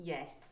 Yes